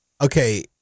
Okay